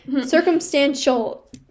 circumstantial